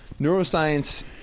neuroscience